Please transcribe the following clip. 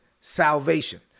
salvation